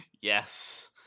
yes